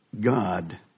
God